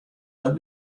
dat